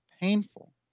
painful